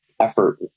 effort